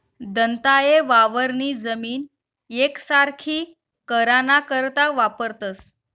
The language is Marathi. दंताये वावरनी जमीन येकसारखी कराना करता वापरतंस